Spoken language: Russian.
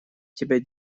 тебе